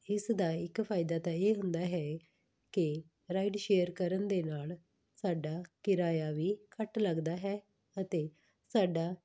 ਇਸ ਦਾ ਇੱਕ ਫ਼ਾਇਦਾ ਤਾਂ ਇਹ ਹੁੰਦਾ ਹੈ ਕਿ ਰਾਈਡ ਸ਼ੇਅਰ ਕਰਨ ਦੇ ਨਾਲ ਸਾਡਾ ਕਿਰਾਇਆ ਵੀ ਘੱਟ ਲੱਗਦਾ ਹੈ ਅਤੇ ਸਾਡਾ